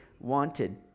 wanted